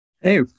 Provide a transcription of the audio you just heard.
Hey